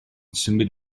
symud